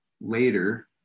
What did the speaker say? later